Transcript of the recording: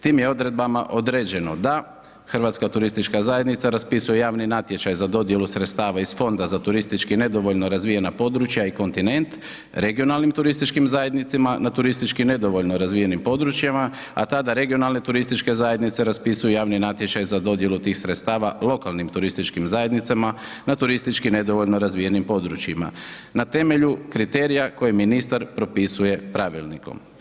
Tim je odredbama određeno da Hrvatska turistička zajednica raspisuje javni natječaj za dodjelu sredstava iz fonda za turistički nedovoljno razvijena područja i kontinent, regionalnim turističkim zajednicama na turistički nedovoljno razvijenim područjima a tada regionalne turističke zajednice raspisuju javni natječaj za dodjelu tih sredstava lokalnim turističkim zajednicama na turistički nedovoljno razvijenim područjima. na temelju kriterija koje ministar propisuje pravilnikom.